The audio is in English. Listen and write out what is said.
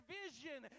vision